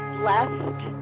blessed